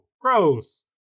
gross